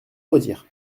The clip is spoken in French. retire